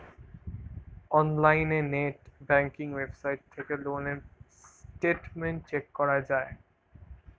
অনলাইনে net banking website থেকে loan এর স্টেটমেন্ট চেক করা যায়